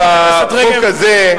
חברת הכנסת רגב,